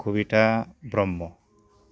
Kabitha Brahma